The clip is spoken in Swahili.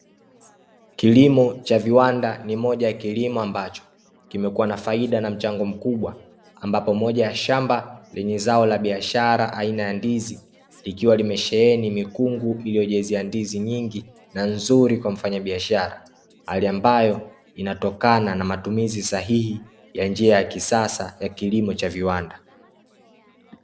Kilimo cha viwanda ni moja ya kilimo ambacho kimekuwa na faida na mchango mkubwa, ambapo moja ya shamba lenye zao la biashara aina ya ndizi, likiwa limesheheni mikungu iliyojazia ndizi nyingi na nzuri kwa mfanyabiashara, hali ambayo inatokana na matumizi sahihi ya njia ya kisasa ya kilimo cha viwanda.